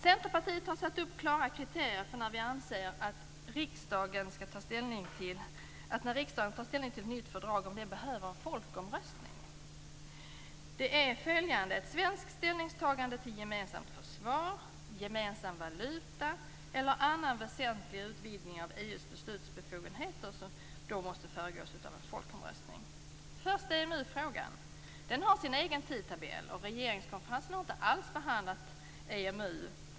Centerpartiet har satt upp klara kriterier för när vi anser att riksdagens ställningstagande till ett nytt fördrag behöver föregås av en folkomröstning. Ett svenskt ställningstagande till gemensamt försvar, gemensam valuta eller annan väsentlig utvidgning av EU:s beslutsbefogenheter måste föregås av en folkomröstning. Först EMU-frågan! Den har sin egen tidtabell, och regeringskonferensen har inte alls behandlat EMU.